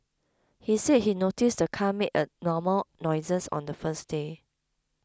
he said he noticed the car made abnormal noises on the first day